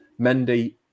Mendy